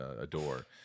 adore